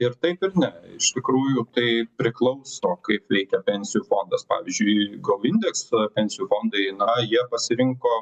ir taip ir ne iš tikrųjų tai priklauso kaip veikia pensijų fondas pavyzdžiui gou indeksą pensijų fondai na jie pasirinko